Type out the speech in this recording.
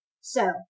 So-